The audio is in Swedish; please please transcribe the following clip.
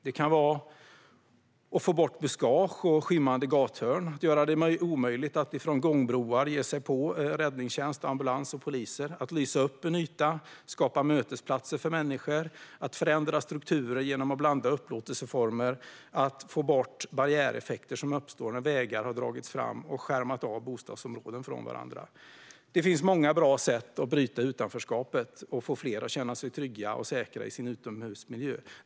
Det kan handla om att få bort buskage och skymmande gathörn, att göra det omöjligt att från gångbroar ge sig på räddningstjänst, ambulans och poliser, att lysa upp ytor och skapa mötesplatser för människor, att förändra strukturer genom att blanda upplåtelseformer samt att få bort barriäreffekter som uppstått när vägar dragits fram och skärmat av bostadsområden från varandra. Det finns många bra sätt att bryta utanförskapet och få fler att känna sig trygga och säkra i sin utomhusmiljö.